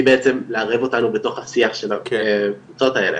בעצם לערב אותנו בתוך השיח של הקבוצות האלה.